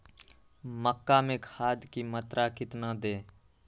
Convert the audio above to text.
मक्का में खाद की मात्रा कितना दे?